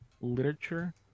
literature